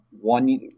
one